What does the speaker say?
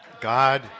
God